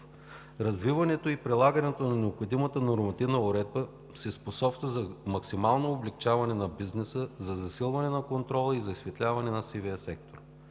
Развиването и прилагането на необходимата нормативна уредба способства за максимално облекчаване на бизнеса за засилване на контрола и за осветляване на сивия сектор.